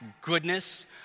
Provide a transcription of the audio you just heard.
goodness